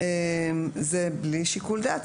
זה בלי שיקול דעת.